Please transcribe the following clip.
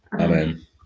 Amen